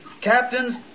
captains